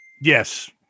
Yes